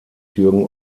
jürgen